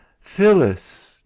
Phyllis